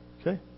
Okay